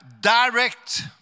direct